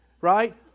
right